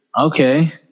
Okay